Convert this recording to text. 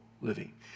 living